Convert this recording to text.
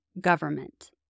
government